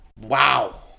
Wow